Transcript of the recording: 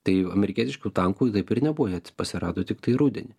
tai amerikietiškų tankų taip ir nebuvo jie parsirado tiktai rudenį